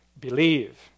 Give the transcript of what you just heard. believe